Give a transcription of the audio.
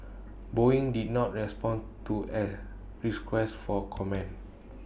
boeing did not respond to A request for comment